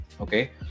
okay